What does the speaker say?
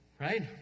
right